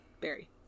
Berry